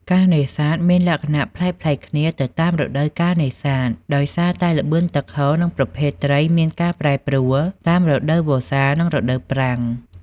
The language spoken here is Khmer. ការនេសាទមានលក្ខណៈប្លែកៗគ្នាទៅតាម រដូវកាលនេសាទ ដោយសារតែល្បឿនទឹកហូរនិងប្រភេទត្រីមានការប្រែប្រួលតាមរដូវវស្សានិងរដូវប្រាំង។